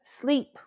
sleep